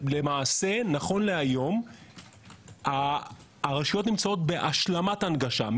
למעשה נכון להיום הרשויות היום נמצאות בהשלמת הנגשה.